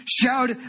shout